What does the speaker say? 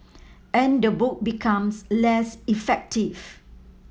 and the book becomes less effective